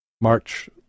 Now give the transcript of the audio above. March